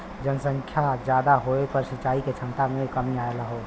जनसंख्या जादा होये पर सिंचाई के छमता में कमी आयल हौ